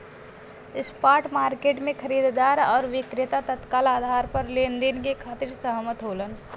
spot market में खरीदार आउर विक्रेता तत्काल आधार पर लेनदेन के खातिर सहमत होलन